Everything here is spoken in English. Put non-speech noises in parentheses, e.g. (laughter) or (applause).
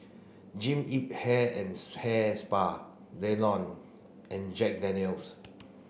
Jean Yip Hair and (unintelligible) Hair Spa Danone and Jack Daniel's